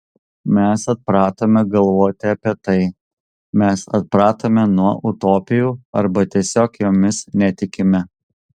mes atpratome galvoti apie tai mes atpratome nuo utopijų arba tiesiog jomis netikime